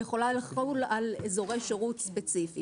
ויכולה לחול על אזורי שירות ספציפי.